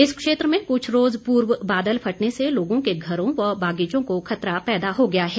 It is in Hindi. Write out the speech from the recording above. इस क्षेत्र में कुछ रोज पूर्व बादल फटने से लोगों के घरों व बागीचों को खतरा पैदा हो गया है